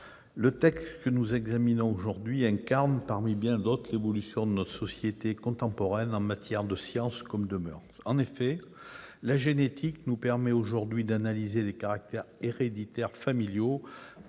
ce texte traduit, parmi bien d'autres, l'évolution de notre société contemporaine, en matière de science comme de moeurs. En effet, la génétique nous permet aujourd'hui d'analyser les caractères héréditaires familiaux